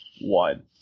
one